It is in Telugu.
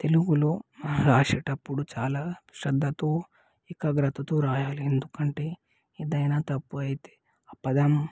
తెలుగులో రాసేటప్పుడు చాలా శ్రద్ధతో ఏకాగ్రతతో రాయాలి ఎందుకంటే ఏదైనా తప్పు అయితే ఆ పదం